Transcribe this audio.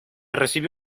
recibe